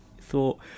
thought